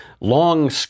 long